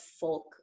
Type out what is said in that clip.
folk